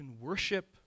worship